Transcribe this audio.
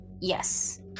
Yes